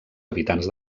habitants